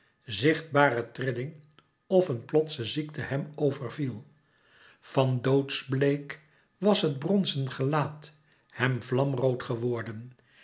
zichtbare trilling of een plotse ziekte hem overviel van doodsbleek was het bronzen gelaat hem vlamrood geworden